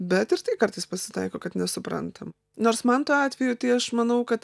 bet ir tai kartais pasitaiko kad nesuprantam nors manto atveju tai aš manau kad